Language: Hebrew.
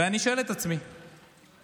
ואני שואל את עצמי, למה?